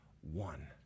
one